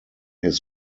his